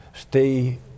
stay